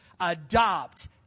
adopt